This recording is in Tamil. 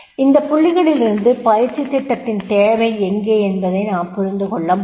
இந்த புள்ளிகளிலிருந்து பயிற்சி திட்டத்தின் தேவை எங்கே என்பதை நாம் புரிந்து கொள்ள முடியும்